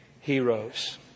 heroes